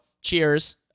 cheers